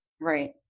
right